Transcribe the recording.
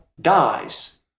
dies